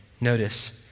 Notice